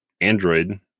Android